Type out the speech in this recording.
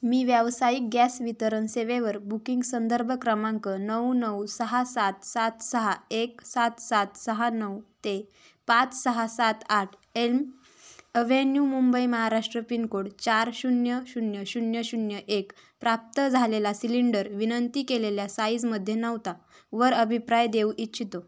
मी व्यावसायिक गॅस वितरण सेवेवर बुकिंग संदर्भ क्रमांक नऊ नऊ सहा सात सात सहा एक सात सात सहा नऊ ते पाच सहा सात आठ Elm Avenue Mumbai Maharashtra pincode चार शून्य शून्य शून्य शून्य एक प्राप्त झालेला सिलिंडर विनंती केलेल्या साईजमध्ये नव्हता वर अभिप्राय देऊ इच्छितो